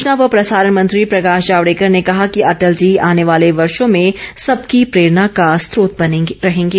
सुचना व प्रसारण मंत्री प्रकाश जावड़ेकर ने कहा कि अटल जी आने वाले वर्षों में सबकी प्रेरणा का स्रोत बने रहेंगे